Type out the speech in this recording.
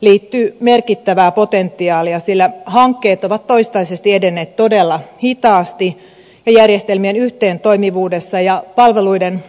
liittyy merkittävää potentiaalia sillä hankkeet ovat toistaiseksi edenneet todella hitaasti ja järjestelmien yhteentoimivuudessa ja palveluiden